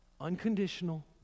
unconditional